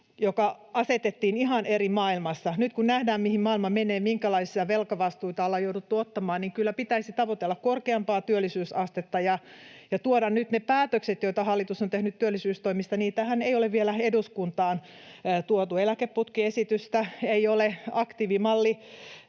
joka asetettiin ihan eri maailmassa. Nyt kun nähdään, mihin maailma menee, minkälaisia velkavastuita ollaan jouduttu ottamaan, niin kyllä pitäisi tavoitella korkeampaa työllisyysastetta ja tuoda nyt ne päätökset, joita hallitus on tehnyt työllisyystoimista. Niitähän ei ole vielä eduskuntaan tuotu: eläkeputkiesitystä ei ole, aktiivimalli